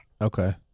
Okay